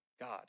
God